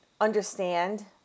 understand